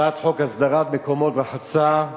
הצעת חוק הסדרת מקומות רחצה,